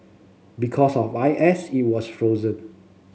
because of I S it was frozen